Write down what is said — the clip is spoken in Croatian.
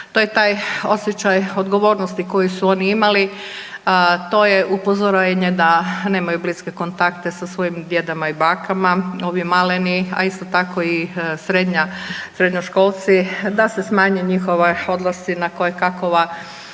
to je taj osjećaj odgovornosti koji su oni imali, a to je upozorenje da nemaju bliske kontakte sa svojim djedama i bakama, ovi maleni, a isto tako i srednja, srednjoškolci da se smanje njihove odlasci na kojekakova